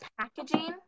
packaging